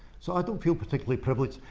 so i don't feel particularly privileged.